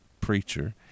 preacher